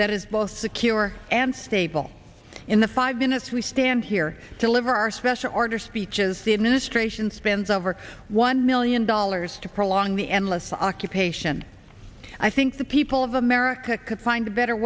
that is both secure and stable in the five minutes we stand here deliver our special order speeches the administration spends over one million dollars to prolong the endless occupation i think the people of america could find a better